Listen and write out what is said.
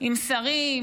עם שרים,